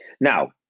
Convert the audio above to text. now